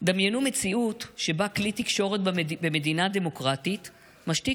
דמיינו מציאות שבה כלי תקשורת במדינה דמוקרטית משתיק